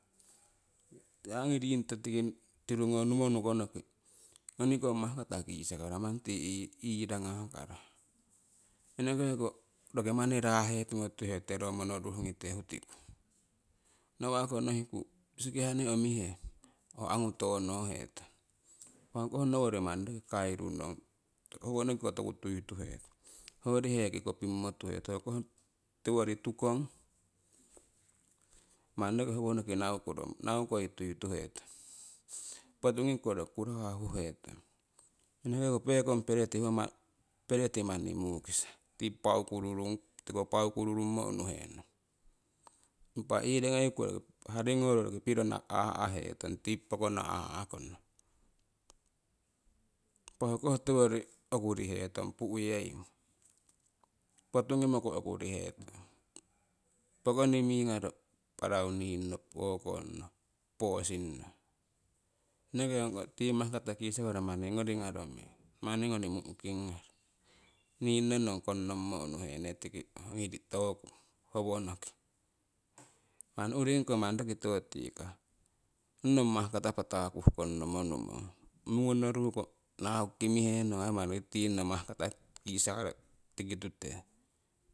. Ongi ringoto tiki tirugo numo nukonoki ngonikong mahkata kisakaro manni tii iirangahkaro enekeko rokii manni raa'hetimo tutihetute ro monoruhnigite hutiku, nawa'ko nohiku sikihani omihe angu tono hetong impah ho koh nowori manni roki kairu nong howonokiko toku tuiituhetong ho yori hekii kompimmo tuhetong. Hokoh tiwori tukong manni roki howonoki naukoi tuituhetong potungiku roki kurohah huhetong, enekeko pekong pereti manni muukisa tiko paaukururummo unuhenong impah iro ngeiku haringoro roki piro aahetong pihetong tii pookono aahkono. Impah ho koh tiwori okuri hetong pu'yeimo potungimoko okurihetong. Pokoni mii brownin no bossin no impah ho koh tiwori okurihetong pu'yeimo potugnimoko okurehetong pookini mii brownin no oko bossin no eneke tii maahgata kisakaro mani ti ongigaro meng manni ngonii muuhking gnaro nino ning konomo unnuhene tiki ongi howonokii manni urigniko manni tiwo tikah ong nong mahkata patakuh konnomo numong mungonoruko naa kuki mihennong aii manni roki tnno mahkata kisakaro tiki tute